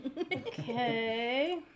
Okay